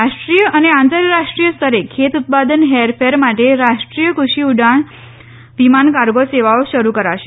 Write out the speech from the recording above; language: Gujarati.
રાષ્ટ્રીય અને આંતરરાષ્ટ્રીય સ્તરે ખેત ઉત્પાદન હેરફેર માટે રાષ્ટ્રીય કૃષિ ઉડાણ વિમાન કાર્ગો સેવાઓ શરૂ કરાશે